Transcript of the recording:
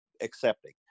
accepting